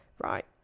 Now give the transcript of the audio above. Right